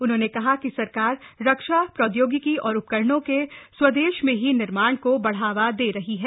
उन्होंने कहा कि सरकार रक्षा प्रौद्योगिकी और उपकरणों के स्वदेश में ही निर्माण को बढ़ावा दे रही है